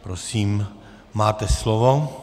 Prosím, máte slovo.